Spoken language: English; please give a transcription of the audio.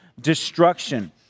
destruction